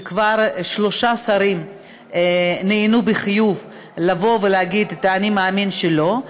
ושלושה שרים כבר נענו בחיוב לבוא ולהגיד את האני מאמין שלהם.